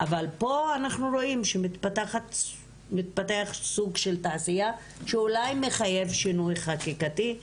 אבל פה אנחנו רואים שמתפתח סוג של תעשייה שאולי מחייב שינוי חקיקתי.